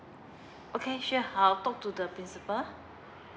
okay sure I'll talk to the principal